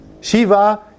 Shiva